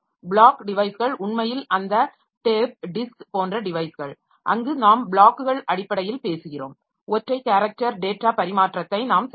block டிவைஸ்கள் உண்மையில் அந்த டேப் டிஸ்க் போன்ற டிவைஸ்கள் அங்கு நாம் ப்ளாக்குகள் அடிப்படையில் பேசுகிறோம் ஒற்றை கேரக்டர் டேட்டா பரிமாற்றத்தை நாம் செய்யவில்லை